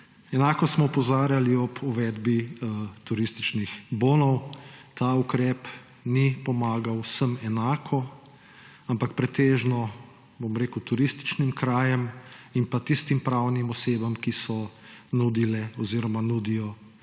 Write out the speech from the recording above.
Enako smo opozarjali ob uvedbi turističnih bonov. Ta ukrep ni pomagal vsem enako, ampak pretežno turističnim krajem in tistim pravnim osebam, ki so nudile oziroma nudijo